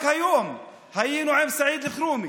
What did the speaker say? רק היום היינו עם סעיד אלחרומי,